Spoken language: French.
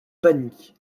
panique